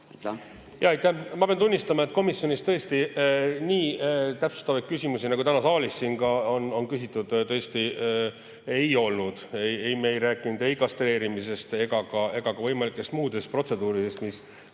Ma pean tunnistama, et komisjonis tõesti nii täpsustavaid küsimusi, nagu täna saalis siin ka on küsitud, ei olnud. Ei, me ei rääkinud ei kastreerimisest ega ka võimalikest muudest protseduuridest, mis